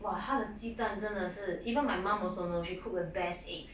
!wah! 她的鸡蛋真的是 even my mom also know she cook the best eggs